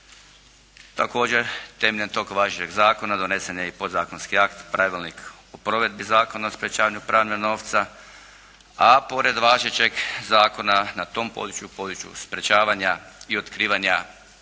Također temeljem toga važećeg zakona donesen je i podzakonski akt, Pravilnik o provedbi Zakona o sprječavanju pranja novca, a pored važećeg zakona, na tom području, području sprječavanja i otkrivanja